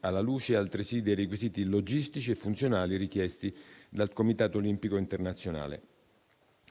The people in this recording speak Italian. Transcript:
alla luce altresì dei requisiti logistici e funzionali richiesti dal Comitato olimpico internazionale.